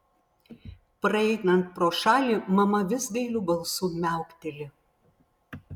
praeinant pro šalį mama vis gailiu balsu miaukteli